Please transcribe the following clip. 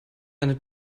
eine